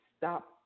stop